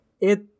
It-